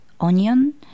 onion